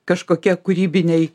kažkokie kūrybiniai